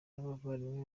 n’abavandimwe